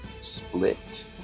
Split